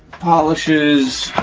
polishers,